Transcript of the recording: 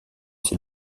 ses